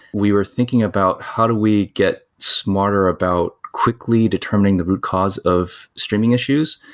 we were thinking about how do we get smarter about quickly determining the root cause of streaming issues.